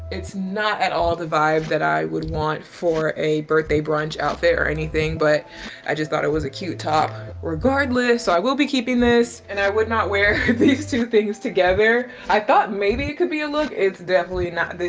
it's not at all the vibe that i would want for a birthday brunch out there or anything, but i just thought it was a cute top regardless. so i will be keeping this and i would not wear these two things together. i thought maybe it could be a look. it's definitely not.